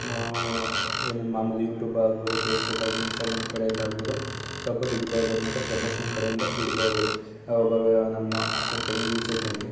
ಏನು ಮಾಮೂಲಿ ಯೂಟ್ಯೂಬ್ ಆಗ್ಬೋದು ಫೇಸ್ಬುಕ್ ಆಗಲಿ ಇನ್ಸ್ಟಾಗ್ರಾಮ್ ಕಡೆಯಿಂದ ಆಗ್ಬೋದು ಸ್ವಲ್ಪ ದುಡ್ಡು ಬರ್ಬೋದು ಮತ್ತೆ ಪ್ರಮೋಷನ್ ಕಡೆಯಿಂದ ದುಡ್ಡು ಬರ್ಬೋದು ನಮ್ಮ ಅಕೌಂಟ್ ಹೆಂಗೆ ರೀಚ್ ಆಯಿತು ಹಾಗೆ